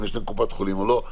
אם יש להם קופת חולים או לא,